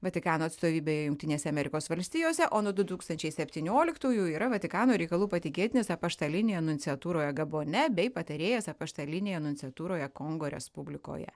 vatikano atstovybėje jungtinėse amerikos valstijose o nuo du tūkstančiai septynioliktųjų yra vatikano reikalų patikėtinis apaštalinėje nunciatūroje gabone bei patarėjas apaštalinėje nunciatūroje kongo respublikoje